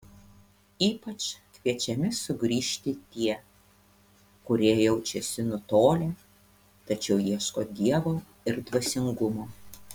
ypač kviečiami sugrįžti tie kurie jaučiasi nutolę tačiau ieško dievo ir dvasingumo